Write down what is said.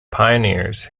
pioneers